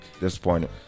Disappointed